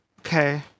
Okay